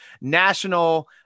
National